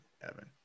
Evan